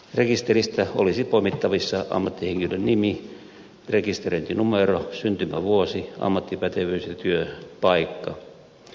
rekisteristä olisi poimittavissa ammattihenkilön nimi rekisteröintinumero syntymävuosi ammattipätevyys ja työpaikka